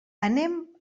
anem